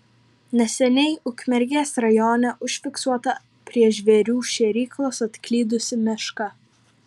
neseniai ukmergės rajone užfiksuota prie žvėrių šėryklos atklydusi meška